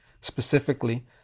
specifically